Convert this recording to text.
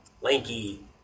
lanky